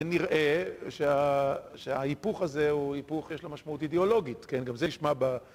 זה נראה שההיפוך הזה הוא היפוך שיש לו משמעות אידיאולוגית, כן? גם זה נשמע ב...